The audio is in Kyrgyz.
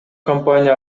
компания